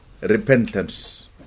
repentance